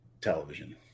television